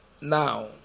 Now